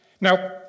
Now